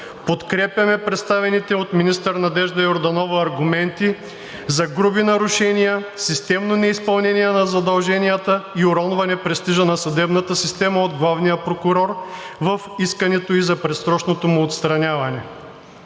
подкрепяме представените от министър Надежда Йорданова аргументи за груби нарушения, системно неизпълнение на задълженията и уронване престижа на съдебната система от главния прокурор в искането ѝ за предсрочното му отстраняване.